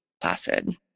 placid